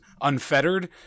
unfettered